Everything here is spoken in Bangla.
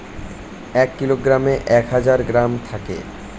এক কিলোগ্রামে এক হাজার গ্রাম থাকে